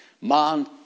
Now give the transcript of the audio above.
Man